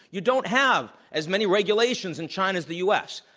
you don't have as many regulations in china as the u. s.